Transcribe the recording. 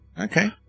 Okay